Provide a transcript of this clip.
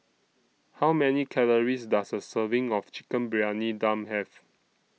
How Many Calories Does A Serving of Chicken Briyani Dum Have